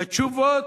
זה תשובות,